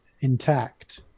intact